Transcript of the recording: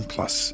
Plus